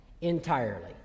entirely